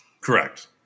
Correct